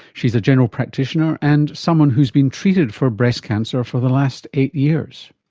she's a general practitioner and someone who's been treated for breast cancer for the last eight years.